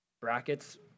brackets